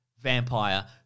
vampire